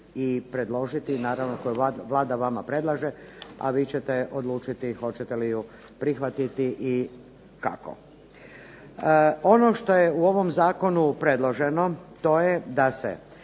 i predložiti, naravno koju Vlada vama predlaže a vi ćete odlučiti hoćete li ju prihvatiti i kako. Ono što je u ovom zakonu predloženo to je da se